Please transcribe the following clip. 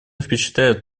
впечатляет